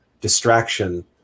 distraction